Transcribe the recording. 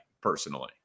personally